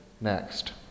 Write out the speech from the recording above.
Next